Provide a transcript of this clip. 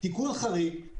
תיקון חריג,